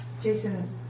Jason